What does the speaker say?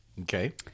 Okay